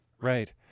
Right